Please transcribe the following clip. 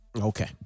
okay